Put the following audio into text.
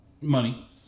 money